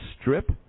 strip